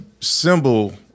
symbol